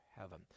heaven